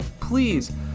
please